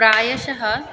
प्रायशः